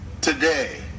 today